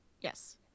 Yes